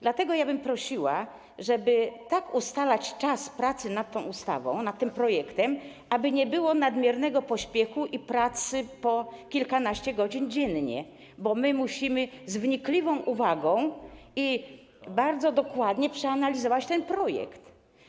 Dlatego prosiłabym, żeby tak ustalać czas pracy nad tym projektem ustawy, aby nie było nadmiernego pośpiechu i pracy po kilkanaście godzin dziennie, bo my musimy z wnikliwą uwagą i bardzo dokładnie przeanalizować ten projekt.